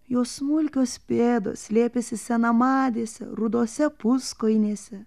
jos smulkios pėdos slėpėsi senamadėse rudose puskojinėse